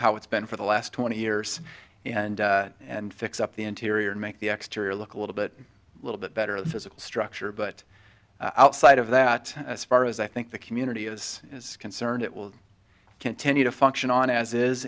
how it's been for the last twenty years and and fix up the interior and make the exteriors look a little bit little bit better the physical structure but outside of that as far as i think the community is is concerned it will continue to function on as i